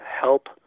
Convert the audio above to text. help